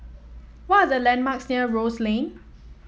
what are the landmarks near Rose Lane